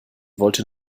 wollte